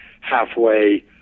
halfway